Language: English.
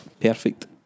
perfect